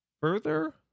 further